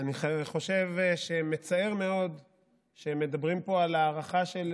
אני חושב שמצער מאוד שמדברים פה על הארכה של